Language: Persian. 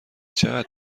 چقدر